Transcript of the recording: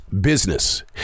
business